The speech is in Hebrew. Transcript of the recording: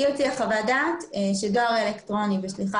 היא הוציאה חוות דעת שדואר אלקטרוני ושליחה